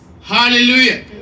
Hallelujah